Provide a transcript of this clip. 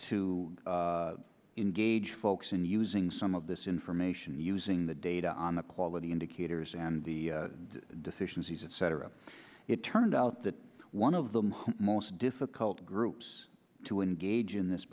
to engage folks in using some of this information using the data on the quality indicators and the deficiencies etc it turned out that one of the most difficult groups to engage in this